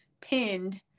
pinned